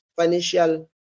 financial